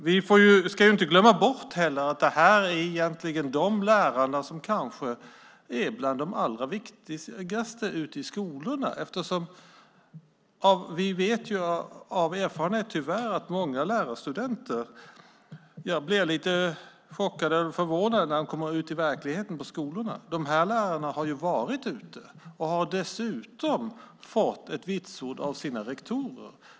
Vi ska inte heller glömma bort att det här är de lärare som kanske är bland de allra viktigaste ute i skolorna. Jag blev lite förvånad när jag kom ut i verkligheten på skolorna. De här lärarna har varit ute och har dessutom fått vitsord av sina rektorer.